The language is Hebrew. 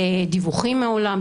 דיווחים מהעולם,